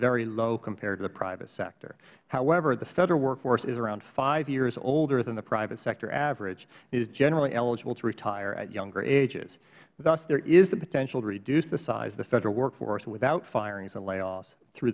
very low compared to the private sector however the federal workforce is around five years older than the private sector average and is generally eligible to retire at younger ages thus there is the potential to reduce the size of the federal workforce without firings and layoffs through